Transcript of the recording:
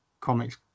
comics